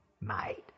mate